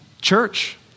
Church